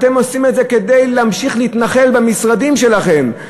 שאתם עושים את זה כדי להמשיך להתנחל במשרדים שלכם,